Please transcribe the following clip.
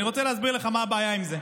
אני רוצה להסביר לך מה הבעיה עם זה.